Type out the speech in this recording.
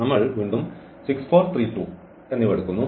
നമ്മൾ 6 4 3 2 എന്നിവ എടുക്കുന്നു